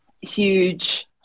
huge